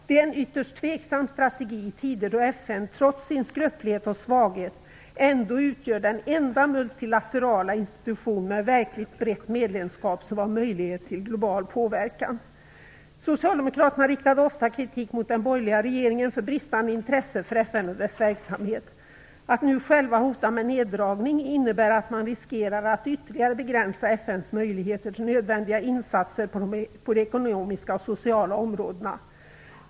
Det är en ytterst tveksam strategi i tider då FN trots sin skröplighet och svaghet ändå utgör den enda multilaterala institution med verkligt brett medlemskap som har möjlighet till global påverkan. Socialdemokraterna riktade ofta kritik mot den borgerliga regeringen för bristande intresse för FN och dess verksamhet. Att nu själva hota med neddragning innebär att man riskerar att ytterligare begränsa FN:s möjligheter till nödvändiga insatser på de ekonomiska och sociala områdena.